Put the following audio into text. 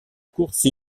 course